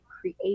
create